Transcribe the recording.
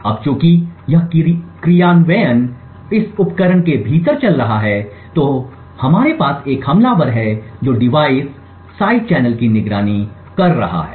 अब चूंकि यह क्रियान्वयन इस उपकरण के भीतर चल रहा है तो हमारे पास एक हमलावर है जो डिवाइस साइड चैनल की निगरानी कर रहा है